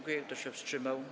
Kto się wstrzymał?